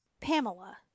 pamela